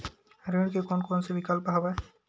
ऋण के कोन कोन से विकल्प हवय?